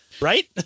Right